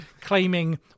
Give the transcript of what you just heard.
claiming